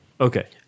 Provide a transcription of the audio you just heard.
Okay